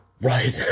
Right